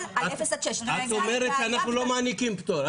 על 0 עד 6. את אומרת שאנחנו לא מעניקים פטור.